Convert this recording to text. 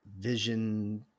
vision